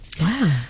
Wow